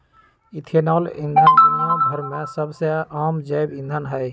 ethanol ईंधन दुनिया भर में सबसे आम जैव ईंधन हई